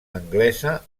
anglesa